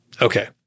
Okay